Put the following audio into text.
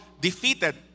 defeated